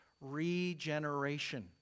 regeneration